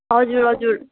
हजुर हजुर